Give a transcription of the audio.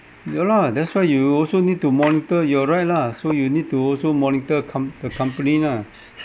ya lah that's why you also need to monitor you're right lah so you need to also monitor com~ the company lah